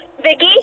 Vicky